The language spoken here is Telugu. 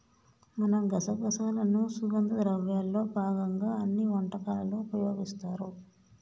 మనం గసగసాలను సుగంధ ద్రవ్యాల్లో భాగంగా అన్ని వంటకాలలో ఉపయోగిస్తారు